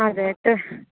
हजुर त्यो